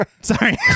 sorry